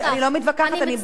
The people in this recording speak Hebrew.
אני לא מתווכחת, אני באה לתקן.